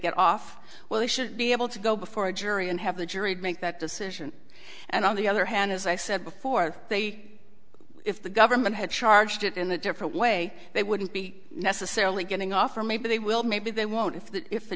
get off well they should be able to go before a jury and have the jury make that decision and on the other hand as i said before they if the government had charged it in a different way they wouldn't be necessarily getting off or maybe they will maybe they won't if the if the